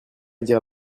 dire